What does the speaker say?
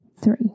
three